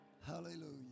Hallelujah